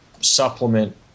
supplement